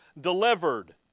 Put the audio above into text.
Delivered